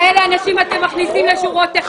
כאלה אנשים אתם מכניסים לשורותיכם, ביזיון.